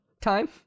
time